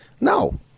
No